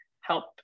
help